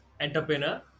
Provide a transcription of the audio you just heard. entrepreneur